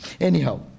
Anyhow